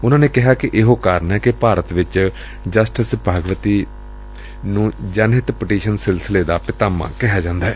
ਉਨੂਂ ਨੇ ਕਿਹਾ ਕਿ ਇਹੋ ਕਾਰਨ ਏ ਕਿ ਭਾਰਤ ਵਿਚ ਜਸਟਿਸ ਭਾਗਵਤੀ ਨੂੰ ਜਨਹਿੱਤ ਪਟੀਸ਼ਨ ਸਿਲਸਿਲੇ ਦਾ ਪਿਤਾਮਾ ਕਿਹਾ ਜਾਂਦੈ